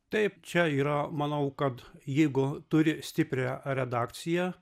taip čia yra manau kad jeigu turi stiprią redakciją